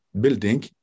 building